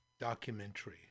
documentary